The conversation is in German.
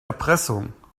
erpressung